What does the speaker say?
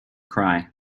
cry